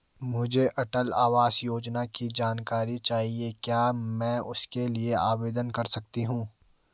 मुझे अटल आवास योजना की जानकारी चाहिए क्या मैं इसके लिए आवेदन कर सकती हूँ?